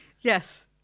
Yes